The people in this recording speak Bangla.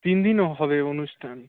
তিনদিনও হবে অনুষ্ঠান